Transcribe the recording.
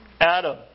Adam